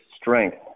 strength